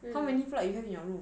hmm